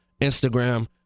Instagram